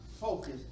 focus